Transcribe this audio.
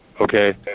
okay